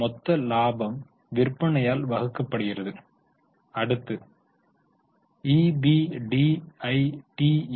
மொத்த லாபம் விற்பனையால் வகுக்கப்படுகிறது அடுத்து ஈபிடிஐடிஎ